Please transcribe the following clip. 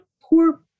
poor